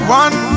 one